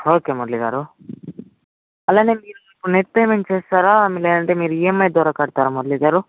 okay Murali గారు అలానే మీరు నెట్ పేమెంట్ చేస్తారా లేదంటే మీరు ఈఎంఐ ద్వారా కడతారా మురళి గారు